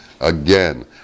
again